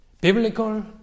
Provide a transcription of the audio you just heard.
biblical